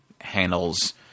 handles